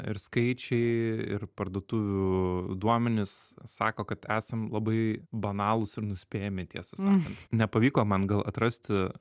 ir skaičiai ir parduotuvių duomenys sako kad esam labai banalūs ir nuspėjami tiesą sakant nepavyko man gal atrasti